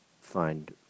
find